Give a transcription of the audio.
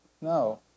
No